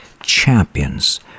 Champions